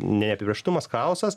neapibrėžtumas chaosas